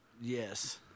yes